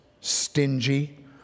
stingy